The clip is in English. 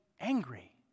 angry